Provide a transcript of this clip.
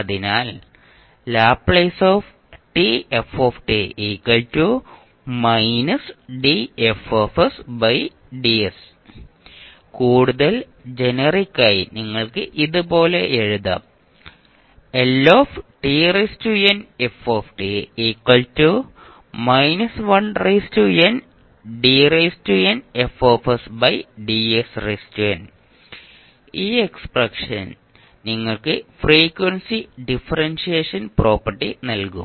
അതിനാൽ കൂടുതൽ ജനറിക്കായി നിങ്ങൾക്ക് ഇത് പോലെ എഴുതാം ഈ എക്സ്പ്രഷൻ നിങ്ങൾക്ക് ഫ്രീക്വൻസി ഡിഫറൻഷിയേഷൻ പ്രോപ്പർട്ടി നൽകും